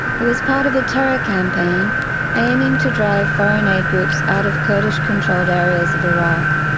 it was part of a terror campaign aiming to drive foreign aid groups out of kurdish controlled areas of iraq.